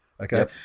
Okay